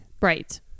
Right